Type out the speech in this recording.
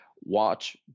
Watch